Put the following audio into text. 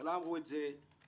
לממשלה אמרו את זה.